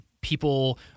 people